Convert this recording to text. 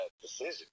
decision